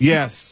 Yes